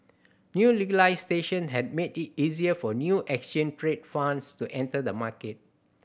new legislation has made it easier for new exchange traded funds to enter the market